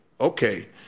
Okay